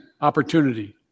opportunity